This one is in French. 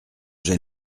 j’ai